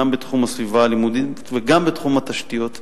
גם בתחום הסביבה הלימודית וגם בתחום התשתיות הפיזיות.